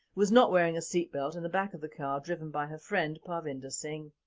was not wearing a seat belt in the back of the car driven by her friend parvinder singh.